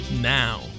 now